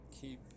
Keep